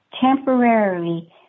Temporarily